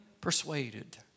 persuaded